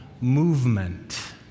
movement